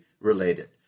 related